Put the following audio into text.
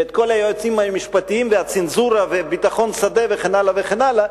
ואת כל היועצים המשפטיים והצנזורה וביטחון שדה וכן הלאה וכן הלאה,